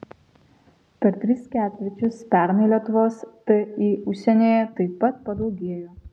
per tris ketvirčius pernai lietuvos ti užsienyje taip pat padaugėjo